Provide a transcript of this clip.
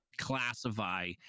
classify